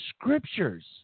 scriptures